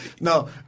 no –